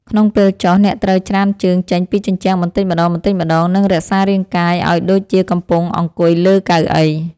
ក្នុងពេលចុះ អ្នកត្រូវច្រានជើងចេញពីជញ្ជាំងបន្តិចម្ដងៗ និងរក្សារាងកាយឱ្យដូចជាកំពុងអង្គុយលើកៅអី។